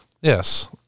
Yes